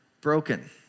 broken